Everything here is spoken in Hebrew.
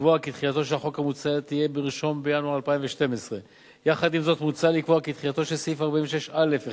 לקבוע כי תחילתו של החוק המוצע תהא ב-1 בינואר 2012. יחד עם זאת מוצע לקבוע כי תחילתו של סעיף 46(א)(1)